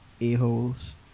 a-holes